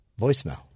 voicemail